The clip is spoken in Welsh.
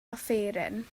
offeryn